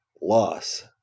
loss